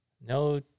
no